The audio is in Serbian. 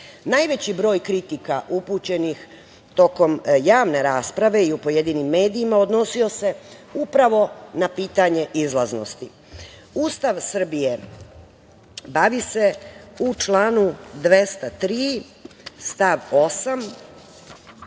birača. Najveći broj kritika upućenih tokom javne rasprave i u pojedinim medijima odnosio se upravo na pitanje izlaznosti. Ustav Srbije bavi se u članu 203. stav 8.